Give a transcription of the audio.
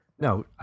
No